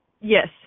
Yes